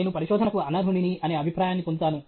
నేను పరిశోధనకు అనర్హుడిని అనే అభిప్రాయాన్ని పొందుతాను